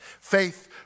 Faith